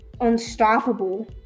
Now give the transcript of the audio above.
unstoppable